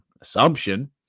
assumption